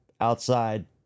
outside